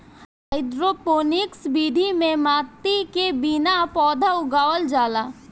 hydroponics विधि में माटी के बिना पौधा उगावल जाला